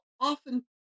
often